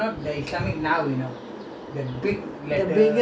the bigger [one] ah jubilee neighbour jubilee and